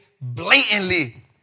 blatantly